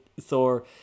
Thor